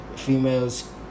Females